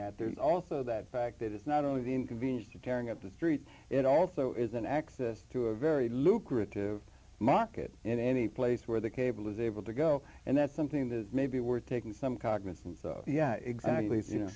that there's also that fact that it's not only the inconvenience of tearing up the street it also isn't access to a very lucrative market in any place where the cable is able to go and that's something that may be worth taking some cognisance yeah exactly so you know